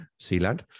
Sealand